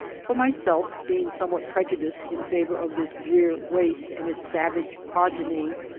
for myself, being some what prejudiced in favor of this drear waste and its savage progeny,